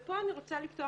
ופה אני רוצה לפתוח,